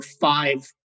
five